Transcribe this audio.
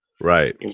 Right